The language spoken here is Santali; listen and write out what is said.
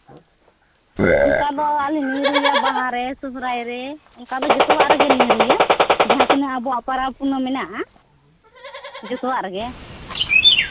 ᱚᱱᱠᱟ ᱫᱚ ᱟᱹᱞᱤᱧ ᱞᱤᱧ ᱨᱩᱭᱟ ᱵᱟᱦᱟᱨᱮ ᱥᱚᱨᱦᱟᱭ ᱨᱮ ᱚᱱᱠᱟ ᱫᱚ ᱡᱚᱛᱚᱣᱟᱜ ᱨᱮᱜᱮ ᱞᱤᱧ ᱨᱩᱭᱟ ᱡᱟᱦᱟᱸ ᱛᱤᱱᱟᱹᱜ ᱟᱵᱚᱣᱟᱜ ᱯᱚᱨᱚᱵᱽ ᱯᱩᱱᱟᱹᱭ ᱢᱮᱱᱟᱜᱼᱟ ᱡᱚᱛᱚᱣᱟᱜ ᱨᱮᱜᱮ